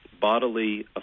bodily